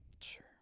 Sure